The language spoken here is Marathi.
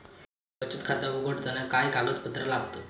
बचत खाता उघडताना काय कागदपत्रा लागतत?